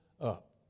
up